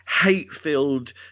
hate-filled